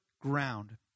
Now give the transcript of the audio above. ground